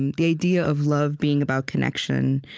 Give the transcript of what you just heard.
and the idea of love being about connection.